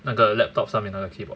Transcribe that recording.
那个 laptop 上面那个 keyboard